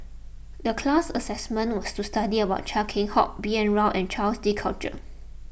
the class assisment was to study about Chia Keng Hock B N Rao and Jacques De Coutre